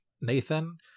Nathan